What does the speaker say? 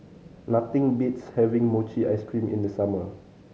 nothing beats having mochi ice cream in the summer